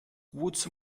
wozu